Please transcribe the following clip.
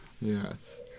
Yes